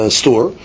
store